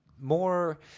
more